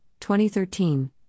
2013